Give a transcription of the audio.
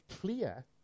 clear